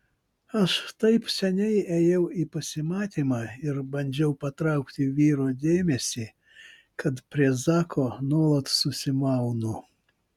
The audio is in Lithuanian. aš taip seniai ėjau į pasimatymą ir bandžiau patraukti vyro dėmesį kad prie zako nuolat susimaunu